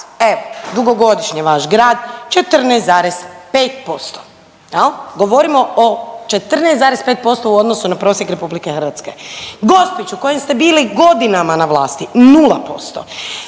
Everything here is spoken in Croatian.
evo dugogodišnji vaš grad 14,5% jel gorimo o 14,5% u odnosu na prosjek RH. Gospić u kojem ste bili godinama na vlasti 0%.